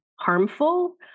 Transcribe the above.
harmful